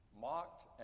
mocked